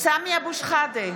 סמי אבו שחאדה,